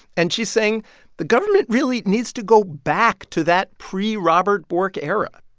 and she's saying the government really needs to go back to that pre-robert bork era.